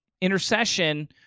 intercession